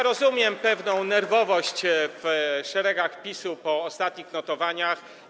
Rozumiem pewną nerwowość w szeregach PiS-u po ostatnich notowaniach.